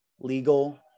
legal